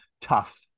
tough